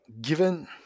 given